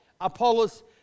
Apollos